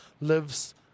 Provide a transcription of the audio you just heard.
lives